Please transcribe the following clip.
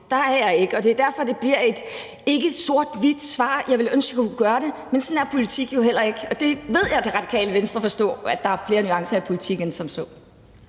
det er jeg ikke. Det er derfor, at det ikke bliver et sort-hvidt svar. Jeg ville ønske, at jeg kunne gøre det, men sådan er politik jo heller ikke. Det ved jeg at Det Radikale Venstre forstår, altså at der er flere nuancer i politik end som så.